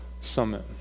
Summit